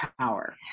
power